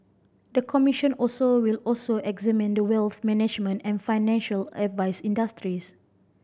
the commission also will also examine the wealth management and financial advice industries